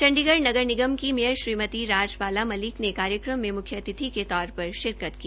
चंडीगढ़ नगर निगम की मेयर श्रीमती राज बाला मलिक ने कार्यक्रम में मुख्याथिति के तौर पर शिरकत की